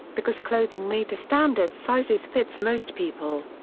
because clothing made to standard sizes fits most people.